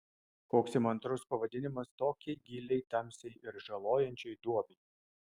koks įmantrus pavadinimas tokiai giliai tamsiai ir žalojančiai duobei